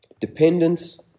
Dependence